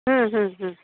ಹ್ಞೂ ಹ್ಞೂ ಹ್ಞೂ